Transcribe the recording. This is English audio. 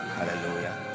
Hallelujah